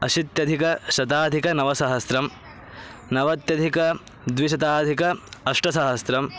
अशीत्यधिकशताधिकनवसहस्रं नवत्यधिकद्विशताधिकाष्टसहस्रं